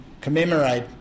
commemorate